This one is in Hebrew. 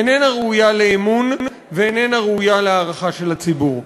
איננה ראויה לאמון ואיננה ראויה להערכה של הציבור.